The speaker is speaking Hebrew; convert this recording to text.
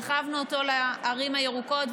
הרחבנו אותו לערים הירוקות,